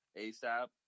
asap